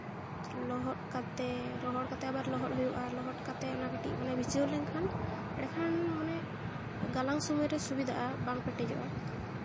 ᱞᱚᱦᱚᱫ ᱠᱟᱛᱮ ᱨᱚᱦᱚᱲ ᱠᱟᱛᱮ ᱟᱵᱟᱨ ᱞᱚᱦᱚᱫ ᱦᱩᱭᱩᱜᱼᱟ ᱞᱚᱦᱚᱫ ᱠᱟᱛᱮ ᱚᱱᱟ ᱠᱟᱹᱴᱤᱡ ᱢᱟᱱᱮ ᱵᱷᱤᱡᱟᱹᱣ ᱞᱮᱱᱠᱷᱟᱱ ᱮᱸᱰᱮᱠᱷᱟᱱ ᱢᱟᱱᱮ ᱜᱟᱞᱟᱝ ᱥᱚᱢᱚᱭ ᱨᱮ ᱥᱩᱵᱤᱫᱷᱟᱜᱼᱟ ᱵᱟᱝ ᱯᱮᱴᱮᱡᱚᱜᱼᱟ